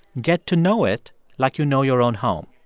get to know it like you know your own home,